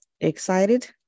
Excited